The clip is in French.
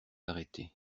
arrêter